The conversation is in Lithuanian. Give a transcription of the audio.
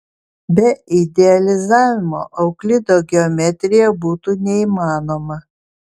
be idealizavimo euklido geometrija būtų neįmanoma